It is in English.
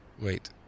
Wait